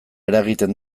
eragiten